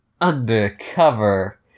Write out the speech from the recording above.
undercover